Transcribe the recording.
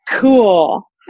Cool